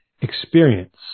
experience